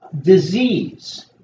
disease